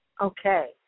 Okay